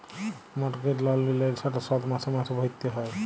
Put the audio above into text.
mortgage লল লিলে সেট শধ মাসে মাসে ভ্যইরতে হ্যয়